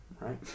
right